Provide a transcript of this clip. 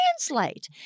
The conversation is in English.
translate